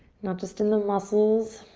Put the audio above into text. not just in the muscles,